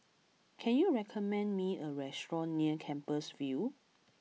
can you recommend me a restaurant near Compassvale